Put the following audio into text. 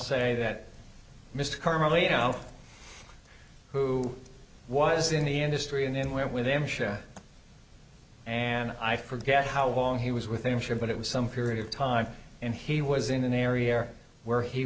carmel you know who was in the industry and then went with them and i forget how long he was with him sure but it was some period of time and he was in an area where he